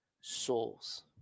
souls